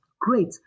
great